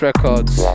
Records